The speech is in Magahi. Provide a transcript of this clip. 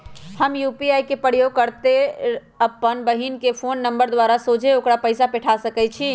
हम यू.पी.आई के प्रयोग करइते अप्पन बहिन के फ़ोन नंबर द्वारा सोझे ओकरा पइसा पेठा सकैछी